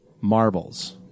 marbles